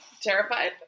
Terrified